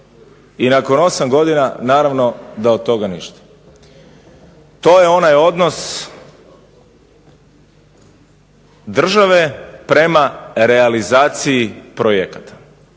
I nakon osam godina naravno da od toga ništa. To je onaj odnos države prema realizaciji projekata,